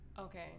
Okay